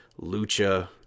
Lucha